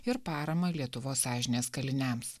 ir paramą lietuvos sąžinės kaliniams